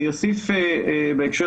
אני אוסיף בהקשר